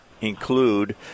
include